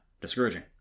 discouraging